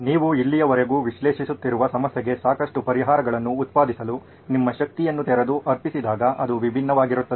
ನೀವು ಇಲ್ಲಿಯವರೆಗೆ ವಿಶ್ಲೇಷಿಸುತ್ತಿರುವ ಸಮಸ್ಯೆಗೆ ಸಾಕಷ್ಟು ಪರಿಹಾರಗಳನ್ನು ಉತ್ಪಾದಿಸಲು ನಿಮ್ಮ ಶಕ್ತಿಯನ್ನು ತೆರೆದು ಅರ್ಪಿಸಿದಾಗ ಅದು ವಿಭಿನ್ನವಾಗಿರುತ್ತದೆ